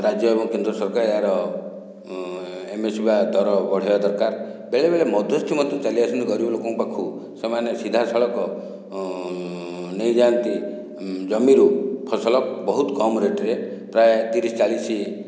ରାଜ୍ୟ ଏବଂ କେନ୍ଦ୍ର ସରକାର ଏହାର ଏମଏସି ବା ଦର ବଢ଼ାଇବା ଦରକାର ବେଳେ ବେଳେ ମଧ୍ୟସ୍ଥି ମଧ୍ୟ ଚାଲି ଆସନ୍ତି ଗରିବ ଲୋକଙ୍କ ପାଖକୁ ସେମାନେ ସିଧାସଳଖ ନେଇଯାଆନ୍ତି ଜମିରୁ ଫସଲ ବହୁତ କମ ରେଟ୍ରେ ପ୍ରାୟ ତିରିଶ ଚାଳିଶ